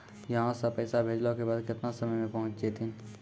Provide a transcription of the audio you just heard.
यहां सा पैसा भेजलो के बाद केतना समय मे पहुंच जैतीन?